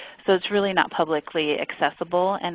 so it's really not publically accessible. and